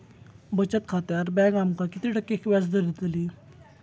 बचत खात्यार बँक आमका किती टक्के व्याजदर देतली?